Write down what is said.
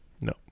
no